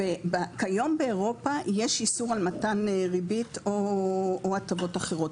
כיום באירופה יש איסור על מתן ריבית או הטבות אחרות.